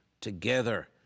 together